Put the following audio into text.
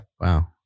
Wow